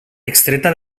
extreta